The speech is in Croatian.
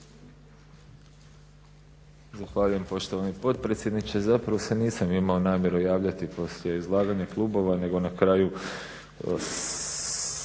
Zahvaljujem poštovani potpredsjedniče. Zapravo se nisam imao namjeru javljati poslije izlaganja klubova nego na kraju